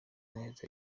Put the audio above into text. neza